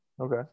Okay